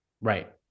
Right